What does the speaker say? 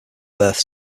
birth